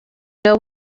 know